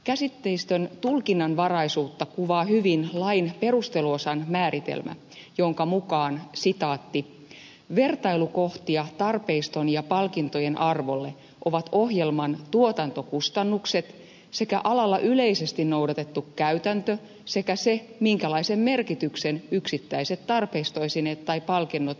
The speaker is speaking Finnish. käsitteistön tulkinnanvaraisuutta kuvaa hyvin lain perusteluosan määritelmä jonka mukaan vertailukohtia tarpeiston ja palkintojen arvolle ovat ohjelman tuotantokustannukset sekä alalla yleisesti noudatettu käytäntö sekä se minkälaisen merkityksen yksittäiset tarpeistoesineet tai palkinnot ohjelmassa saavat